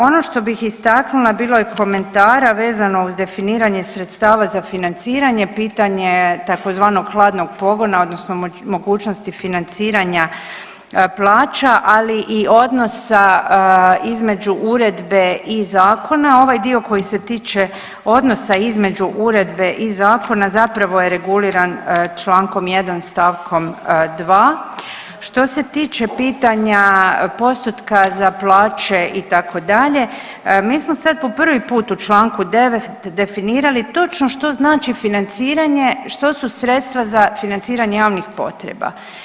Ono što bih istaknula, bilo je komentara vezano uz definiranje sredstava za financiranje, pitanje tzv. hladnog pogona, odnosno mogućnosti financiranja plaća, ali i odnosa između uredbe i zakona, ovaj dio koji se tiče odnosa između uredbe i zakona, zapravo je reguliran čl. 1 st. 2. Što se tiče pitanja postotka za plaće, itd., mi smo sad po prvi put u čl. 9 definirani točno što znači financiranje, što su sredstva za financiranje javnih potreba.